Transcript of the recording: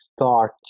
start